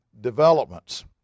developments